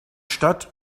stadt